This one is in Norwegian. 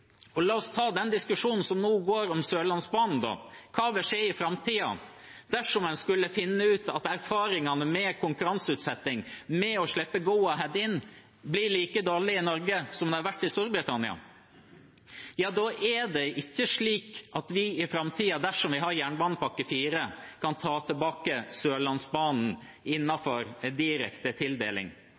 La oss ta den diskusjonen som nå går om Sørlandsbanen: Hva vil skje i framtiden dersom en skulle finne ut at erfaringene med konkurranseutsetting, med å slippe Go-Ahead inn, blir like dårlige i Norge som de har vært i Storbritannia? Ja, da er det ikke slik at vi i framtiden, dersom vi har jernbanepakke IV, kan ta tilbake Sørlandsbanen innenfor en direkte tildeling.